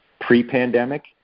pre-pandemic